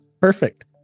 Perfect